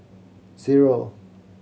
zero